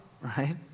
right